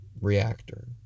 reactor